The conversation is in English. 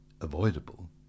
avoidable